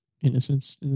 innocence